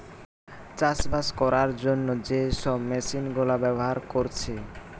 চাষবাস কোরার জন্যে যে সব মেশিন গুলা ব্যাভার কোরছে